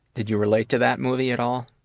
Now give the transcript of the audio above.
did you relate to that movie at all?